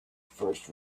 first